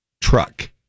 truck